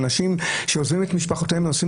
אנשים שעוזבים את משפחותיהם ונוסעים